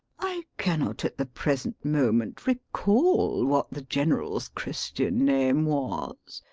i cannot at the present moment recall what the general's christian name was.